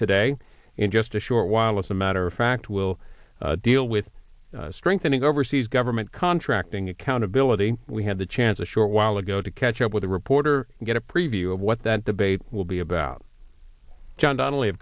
today in just a short while as a matter of fact will deal with strengthening overseas government contracting accountability we had the chance a short while ago to catch up with a reporter get a preview of what that debate will be about john donnell